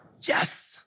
Yes